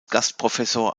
gastprofessor